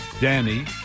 Danny